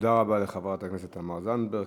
תודה רבה לחברת הכנסת תמר זנדברג.